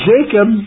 Jacob